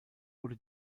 wurde